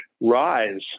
rise